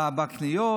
בקניות,